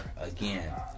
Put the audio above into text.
again